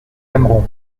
aimeront